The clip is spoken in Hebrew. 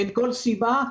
אין סיבה.